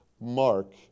mark